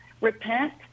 repent